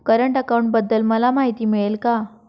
Current अकाउंटबद्दल मला माहिती मिळेल का?